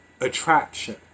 attraction